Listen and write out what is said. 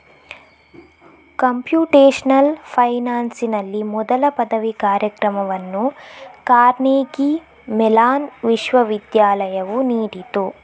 computational ಫೈನಾನ್ಸಿನಲ್ಲಿ ಮೊದಲ ಪದವಿ ಕಾರ್ಯಕ್ರಮವನ್ನು ಕಾರ್ನೆಗೀ ಮೆಲಾನ್ ವಿಶ್ವವಿದ್ಯಾಲಯವು ನೀಡಿತು